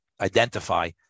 identify